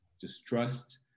distrust